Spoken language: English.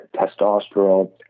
testosterone